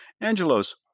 Angelos